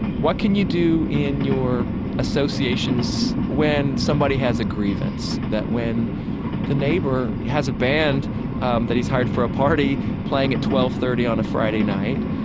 and what can you do in your associations when somebody has a grievance, that when the neighbor has a band and that he's hired for a party playing at twelve thirty on a friday night,